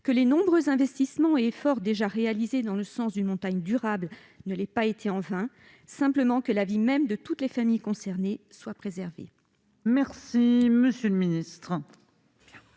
que les nombreux investissements et efforts déjà réalisés dans le sens d'une montagne durable ne l'aient pas été en vain, et que, tout simplement, la vie même de toutes les familles concernées soit préservée ? La parole est